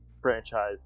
franchise